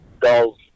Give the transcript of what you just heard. goals